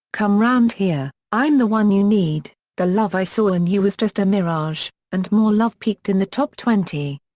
come round here i'm the one you need, the love i saw in you was just a mirage and more love peaked in the top twenty.